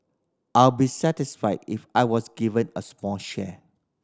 I'll be satisfied if I was given a small share